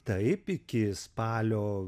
taip iki spalio